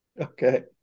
Okay